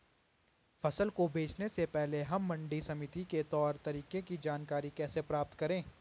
फसल को बेचने से पहले हम मंडी समिति के तौर तरीकों की जानकारी कैसे प्राप्त करें?